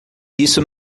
isso